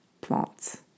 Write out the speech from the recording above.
plants